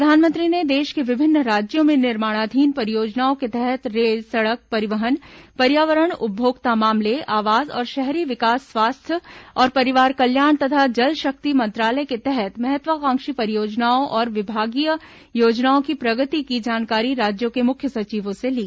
प्रधानमंत्री ने देश के विभिन्न राज्यों में निर्माणाधीन परियोजनाओं के तहत रेल सड़क परिवहन पर्यावरण उपभोक्ता मामले आवास और शहरी विकास स्वास्थ्य और परिवार कल्याण तथा जलशक्ति मंत्रालय के तहत महत्वाकांक्षी परियोजनाओं और विभागीय योजनाओं की प्रगति की जानकारी राज्यों के मुख्य सचिवों से ली